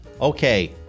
Okay